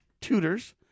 tutors